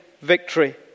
victory